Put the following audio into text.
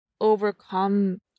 overcome